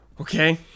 Okay